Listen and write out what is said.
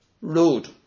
road